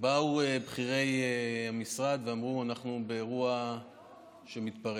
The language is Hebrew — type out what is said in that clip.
באו בכירי המשרד ואמרו: אנחנו באירוע מתפרץ.